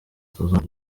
tuzongera